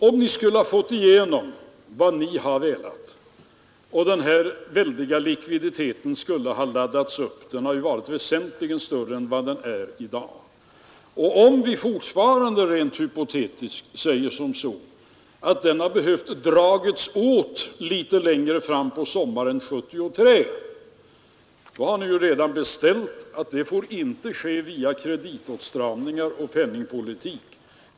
Antag att ni hade fått igenom vad ni velat och denna väldiga likviditet hade laddats upp — den hade då varit väsentligt större än den är i dag — och antag också att likviditeten hade behövt stramas åt litet längre fram på sommaren 1973! Ni har redan bestämt att det inte får ske genom kreditåtstramningar och penningpolitik.